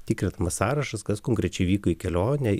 tikrinamas sąrašas kas konkrečiai vyko į kelionę